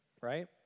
right